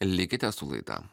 likite su laida